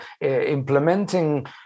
implementing